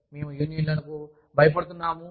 మేము యూనియన్లకు భయపడుతున్నాము